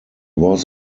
was